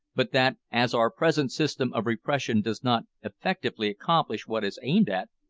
but that as our present system of repression does not effectively accomplish what is aimed at,